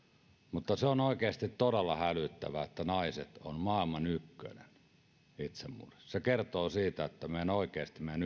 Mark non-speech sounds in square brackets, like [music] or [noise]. mutta on oikeasti todella hälyttävää että naiset ovat maailman ykkösiä itsemurhissa se kertoo siitä että ihan oikeasti meidän [unintelligible]